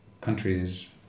countries